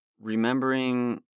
remembering